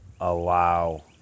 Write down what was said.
allow